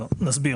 אני אסביר.